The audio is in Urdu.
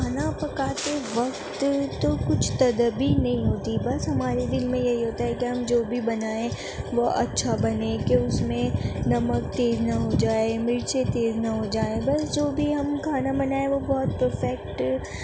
کھانا پکاتے وقت تو کچھ تدبیر نہیں ہوتی بس ہمارے دل میں یہی ہوتا ہے کہ ہم جو بھی بنائیں وہ اچھا بنے کہ اس میں نمک تیز نہ ہو جائے مرچے تیز نہ ہو جائیں بس جو بھی ہم کھانا بنائیں وہ بہت پرفیکٹ